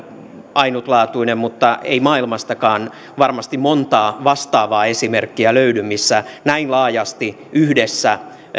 ainutlaatuinen mutta ei maailmastakaan varmasti montaa vastaavaa esimerkkiä löydy missä näin laajasti yhdessä